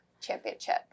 Championship